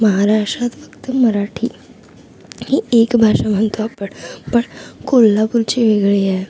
महाराष्ट्रात फक्त मराठी ही एक भाषा म्हणतो आपण पण कोल्हापूरची वेगळी आहे